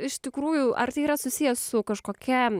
iš tikrųjų ar tai yra susiję su kažkokia